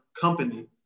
company